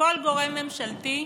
לכל גורם ממשלתי,